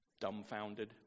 dumbfounded